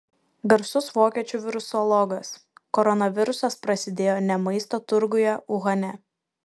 garsus vokiečių virusologas koronavirusas prasidėjo ne maisto turguje uhane